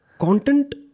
content